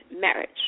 marriage